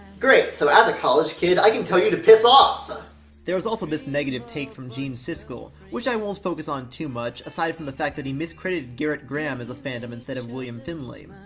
great, so as a college kid, i can tell you to piss off! there was also this negative take from gene siskel, which i won't focus on too much, aside from the fact that he miscredited gerrit graham as the phantom instead of william finley. ah,